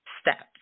steps